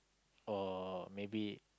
or maybe